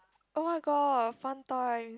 oh-my-god fun time